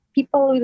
people